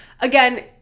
again